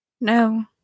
No